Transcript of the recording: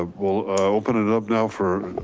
ah we'll open it up now for,